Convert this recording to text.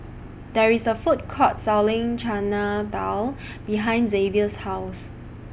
There IS A Food Court Selling Chana Dal behind Xavier's House